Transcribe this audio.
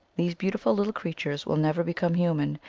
these beautiful little creatures will never become human,